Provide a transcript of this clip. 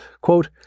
quote